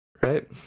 Right